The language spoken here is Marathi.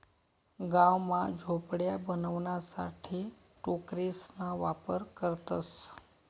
गाव मा झोपड्या बनवाणासाठे टोकरेसना वापर करतसं